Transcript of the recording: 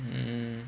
mm